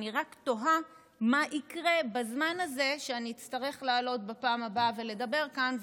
אני רק תוהה מה יקרה בזמן הזה שאני אצטרך לעלות בפעם הבאה ולדבר כאן,